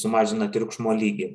sumažina triukšmo lygį